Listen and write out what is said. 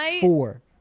four